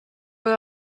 but